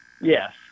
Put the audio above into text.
Yes